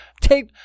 take